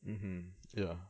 mmhmm ya